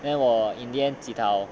then 我 in the end jitao